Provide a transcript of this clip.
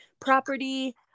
property